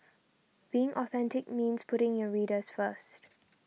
being authentic means putting your readers first